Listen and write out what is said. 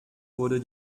wurde